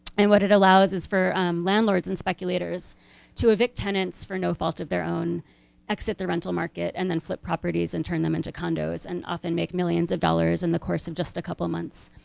what it allows, is for landlords and speculators to evict tenants for no fault of their own exit the rental market and then flip properties and turn them into condos and often make millions of dollars in the course of just a couple months.